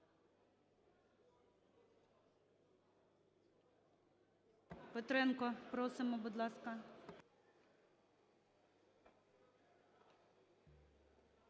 Петренко, просимо, будь ласка.